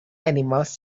animals